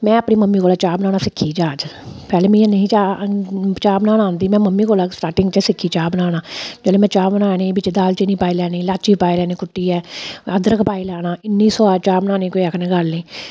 में अपनी मम्मी कोला चाह् बनाना सिक्खी ही जाच पैह्ले मी हैनी ही चाह् चाह् बनाना औंदी में मम्मी कोला स्टार्टिंग च सिक्खी चाह् बनाना जेल्लै में चाह् बनानी बिच्च दालचीनी पाई लैना लाची पाई लैनी कुट्टियै अदरक पाई लैना इन्नी स्बाद चाह् बनानी कोई आक्खने दी गल्ल नेईं